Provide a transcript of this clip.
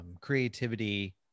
creativity